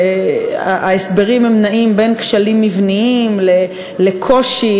וההסברים נעים בין כשלים מבניים לקושי,